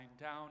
down